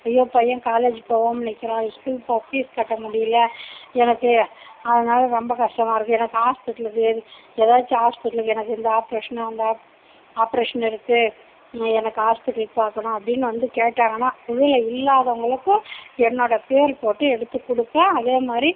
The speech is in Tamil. ஐயோ பையன் காலேஜ் போகாம நிற்கிறான் இஸ்கூல் போக ஃபீஸ் கட்ட முடியல எனக்கு அதனால் ரொம்ப கஷ்டமாக இருக்குது எனக்கு ஹாஸ்பிட்டலுக்கு ஏதாச்சும் ஹாஸ்பிட்டலுக்கு எனக்கு இந்த ஆப்ரேஷனு அந்த ஆப்ரேஷன் இருக்குது எனக்கு ஹாஸ்பிட்டல் பார்க்கணும் அப்படின்னு வந்து கேட்டாங்கன்னா குழுவில் இல்லாதவங்களுக்கும் என்னோடய பேர் போட்டு எடுத்து கொடுப்பேன் அதே மாதிரி